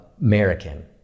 American